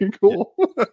cool